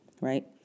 right